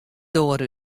doar